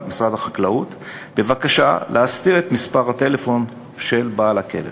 החקלאות בבקשה להסתיר את מספר הטלפון של בעל הכלב.